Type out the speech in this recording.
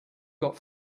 got